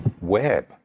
web